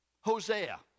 Hosea